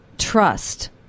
trust